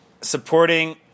Supporting